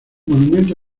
monumento